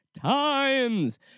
times